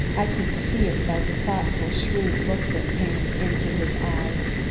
i could see it by the thoughtful, shrewd look that, came into his eyes.